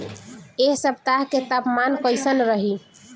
एह सप्ताह के तापमान कईसन रही?